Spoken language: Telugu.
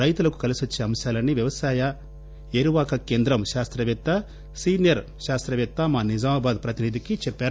రైతులకు కలిసివచ్చే అంశాలనీ వ్యవసాయ ఏరువాక కేంద్రం కాస్తపేత్త సీనియర్ శాస్తపేత్త మా నిజామాబాద్ ప్రతినిధికి చెప్పారు